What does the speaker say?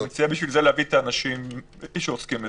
אז אני מציע בשביל זה להביא את האנשים שעוסקים בזה.